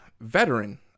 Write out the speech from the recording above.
veteran